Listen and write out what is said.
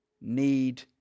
need